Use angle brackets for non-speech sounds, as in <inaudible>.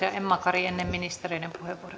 <unintelligible> ja emma kari ennen ministereiden